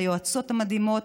ליועצות המדהימות,